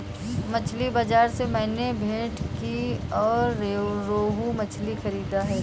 मछली बाजार से मैंने भेंटकी और रोहू मछली खरीदा है